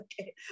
okay